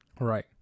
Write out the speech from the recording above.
Right